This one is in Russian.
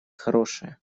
хорошее